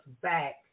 back